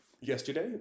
Yesterday